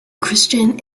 christian